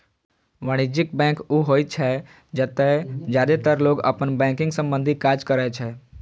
वाणिज्यिक बैंक ऊ होइ छै, जतय जादेतर लोग अपन बैंकिंग संबंधी काज करै छै